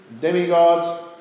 demigods